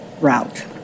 route